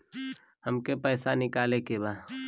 हमके पैसा निकाले के बा